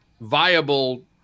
viable